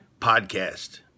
Podcast